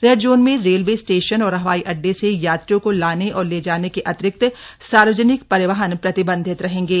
red zone में railway station और हवाई अड़डे से यात्रियों को लाने और ले जाने के अतिरिक्त सार्वजनिक परिवहन प्रतिबंधित रहेंगे